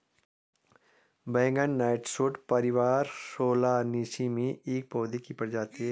बैंगन नाइटशेड परिवार सोलानेसी में एक पौधे की प्रजाति है